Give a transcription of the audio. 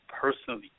personally